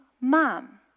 Mom